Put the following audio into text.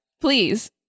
Please